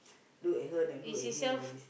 look at her then look at him like this